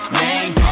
name